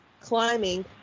climbing